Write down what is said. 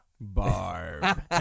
barb